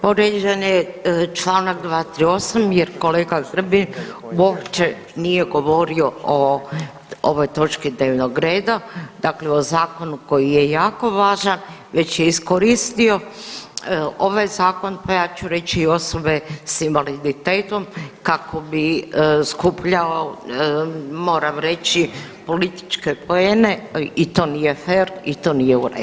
Povrijeđen je Članak 238., jer kolega Grbin uopće nije govorio o ovoj točki dnevnog reda, dakle o zakonu koji je jako važan već je iskoristio ovaj zakon pa ja ću reći osobe s invaliditetom kako bi skupljao moram reći političke poene i to nije fer i to nije u